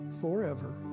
forever